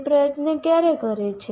તે પ્રયત્ન ક્યારે કરે છે